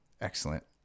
Excellent